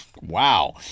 wow